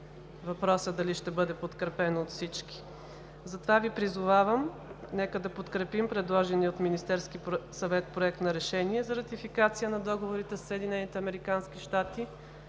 въпросът дали ще бъде подкрепено от всички. Затова Ви призовавам – нека да подкрепим предложения от Министерския съвет Проект на решение за ратификация на договорите със